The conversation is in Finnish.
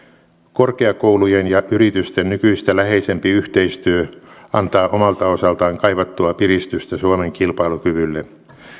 korkeakoulujen ja yritysten nykyistä läheisempi yhteistyö antaa omalta osaltaan kaivattua piristystä suomen kilpailukyvylle